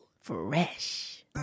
Fresh